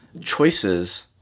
choices